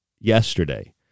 yesterday